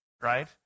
right